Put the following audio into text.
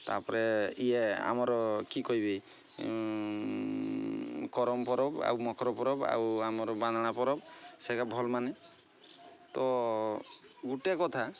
ତା'ପରେ ଇଏ ଆମର କି କହିବି କରମ୍ ପରବ ଆଉ ମକର ପରବ ଆଉ ଆମର ବାନ୍ଧଣା ପରବ ସେଇଟା ଭଲ ମାନେ ତ ଗୋଟେ କଥା